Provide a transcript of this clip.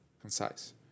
concise